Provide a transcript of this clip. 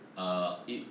err it